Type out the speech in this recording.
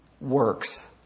works